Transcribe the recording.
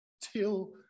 Till